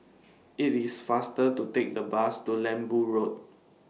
IT IS faster to Take The Bus to Lembu Road